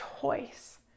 choice